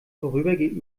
vorübergehend